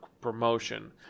promotion